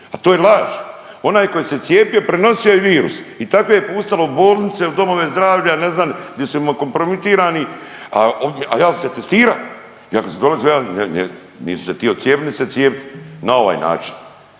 a to je laž! Onaj koji se cijepio prenosio je virus i takve je puštalo u bolnice, domove zdravlja, ne znam gdje su kompromitirani, a ja se testira. Ja kad sam dolazio nisam se htio cijepiti niti se cijepiti na ovaj način.